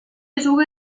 juga